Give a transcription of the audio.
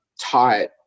taught